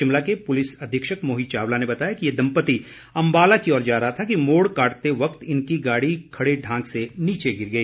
शिमला के पुलिस अधीक्षक मोहित चावला ने बताया कि ये दम्पति अम्बाला की ओर जा रहा था कि मोड़ काटते वक्त इनकी गाड़ी खड़े ढांक से नीचे गिर गई